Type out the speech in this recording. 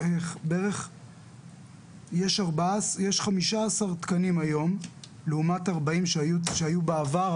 יש 15 תקנים היום לעומת 40 שהיו בעבר,